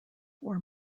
were